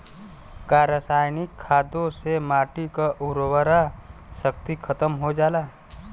का रसायनिक खादों से माटी क उर्वरा शक्ति खतम हो जाला?